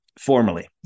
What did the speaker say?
formally